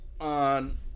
on